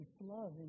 love